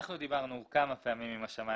אנחנו דיברנו על הנושא כמה פעמים עם השמאי